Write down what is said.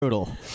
Brutal